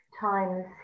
times